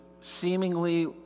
seemingly